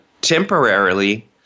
temporarily